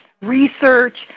research